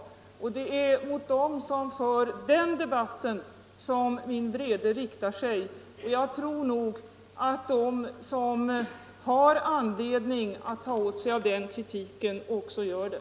Det är mot = länder dem som för den debatten som min vrede riktar sig, och jag tror nog att de som har anledning att ta åt sig av den kritiken också gör det.